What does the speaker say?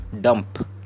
dump